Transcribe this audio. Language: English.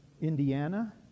Indiana